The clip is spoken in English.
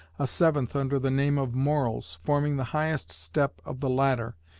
a seventh under the name of morals, forming the highest step of the ladder,